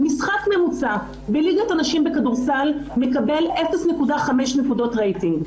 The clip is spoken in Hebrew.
משחק ממוצע בליגת הנשים בכדורסל מקבל 0.5 נקודות רייטינג.